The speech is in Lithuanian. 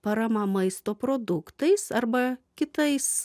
parama maisto produktais arba kitais